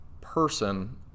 person